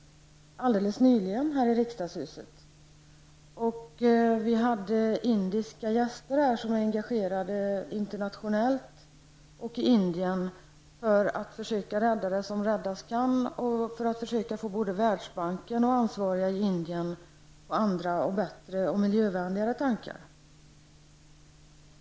Vi hade indiska gäster som är engagerade internationellt och i Indien för att försöka rädda det som räddas kan och för att försöka få både Världsbanken och ansvariga i Indien på andra, bättre och miljövänligare tankar.